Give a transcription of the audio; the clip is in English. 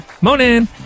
Morning